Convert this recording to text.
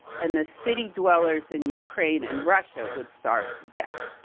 and the city dwellers in ukraine and russia, would starve to death.